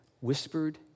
whispered